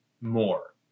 more